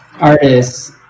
artists